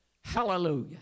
Hallelujah